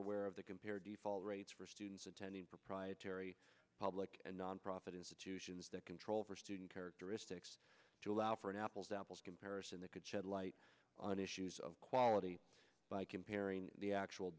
where of the compare default rates for students attending proprietary public and nonprofit institutions that control over student characteristics to allow for an apples to apples comparison that could shed light on issues of quality by comparing the actual